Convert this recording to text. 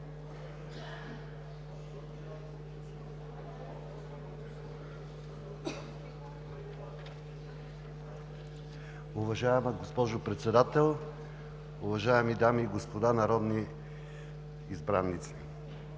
Уважаема госпожо Председател, уважаеми дами и господа народни